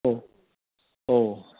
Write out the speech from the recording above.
औ औ